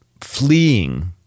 fleeing